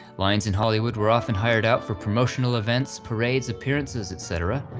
lions in hollywood were often hired out for promotional events, parades, appearances, etc.